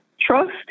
Trust